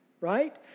Right